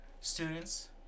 students